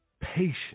patience